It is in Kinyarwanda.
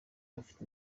afite